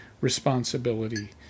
responsibility